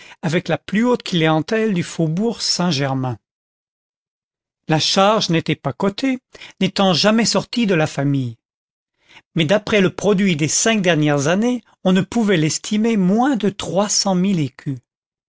avec la plus haute clientèle du faubourg saint-germain content from google book search generated at la charge n'était pas cotée n'étant jamais sortie de la famille mais d'après le produit des cinq dernières années on ne pouvait l'estimer moins de trois cent mille écus